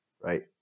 right